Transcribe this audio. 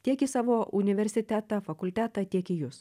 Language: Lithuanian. tiek į savo universitetą fakultetą tiek į jus